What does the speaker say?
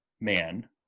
man